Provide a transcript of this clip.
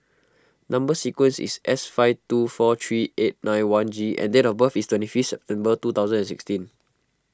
Number Sequence is S five two four three eight nine one G and date of birth is twenty fifth September two thousand and sixteen